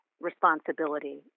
responsibility